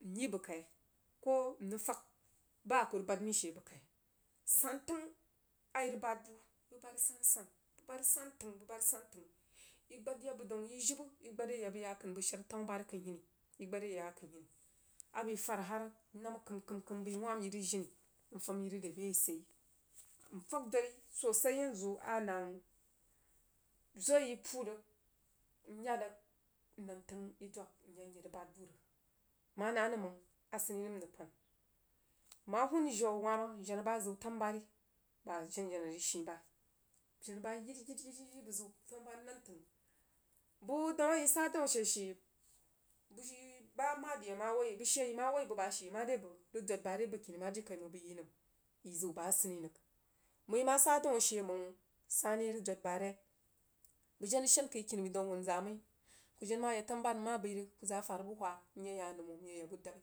Myi bəg kai? Mkah ríg fag bah a kuh rig bahd mai she bəg kai santəng a yi rig bahd buh bubari san-asan bubari santang bubari santəng yi gbad ya bəg daun yi jibə ya yag bəg yakənu bəg shar tanu babau a kihini a bəi fad har namma kəim kəim kəim wam yi rig jini nfan yi rig deh bəg a yi sedyai nfag dori sosai yanzu a nang zoh yi puh rig nyad rig hankəng yi dwag a yag n yah rig bahd buh rig mah nanəm mang asini nən rig pan nmah huun juku a wammah jenah ziu tanubari bah jen jenah a rig yiri jenah bah yiri yiri yiri bəg ziu tanubari nantəng bəg daun a yi sah daun a she she jiri bah mahd yimah woi yi bəg she yi mah woi buh bah she mere bəg rig dwad bəg a re bəgkini mah jirikaimang bəg yi nəm yi zəu bəg asini rig mang yi mah sa daun ashe mang sah ne rig dwad bah re bəg jen rig shhankəi kini bəg daun whunzah mau kuh jen mah yag tanubari nmah bəi rig kuh zah afarbu wha mye yi a nau monn nye yag buh dabbai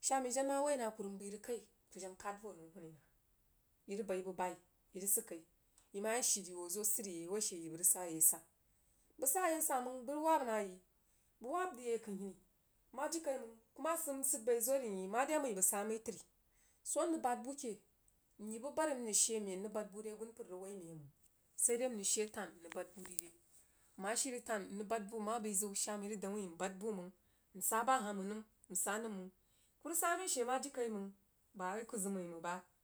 shaa məí jen mah woi nah kuh rig nbəi rig kəí kuh fa khad voh nou huuní rig yi rig baih bəg bai yi rig sid kai yi mah ya shi rig yi hoo zoh ho zwanah yai yí wai she yi bəg rig sah ye sah bəg sah ye sah mang bəg waab nayi bəg wah əri yi akihini mah jirikaimang kuh sid nsid bai zoh ri yi mare mai rig sah məi tri soo mrig bahd buh ke myi bubari nrig she men nrig bahd bah a gunpər rig woi mgí mang sai dai mrig she a tan mrig bahd buh ri re nmah shí rig fan nrig bahd buh nmah bəí ziu shaa mai rig dang wuin mbahd buh mang nsa bah hah mang nəm nsa nəm mang kuh sah məi she mah jiri kaimang ba wai kuh zəm məi mang bah.